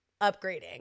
upgrading